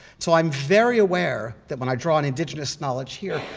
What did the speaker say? so i'm very aware that when i draw on indigenous knowledge here,